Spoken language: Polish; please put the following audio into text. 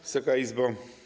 Wysoka Izbo!